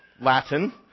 Latin